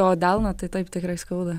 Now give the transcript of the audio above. o delną tai taip tikrai skauda